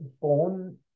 born